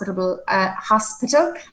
hospital